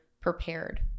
prepared